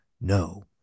no